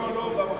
לא לא, במחשב.